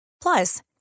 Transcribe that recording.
Plus